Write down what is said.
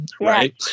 Right